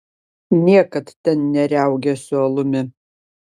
niekad ten neriaugėsiu alumi